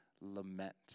lament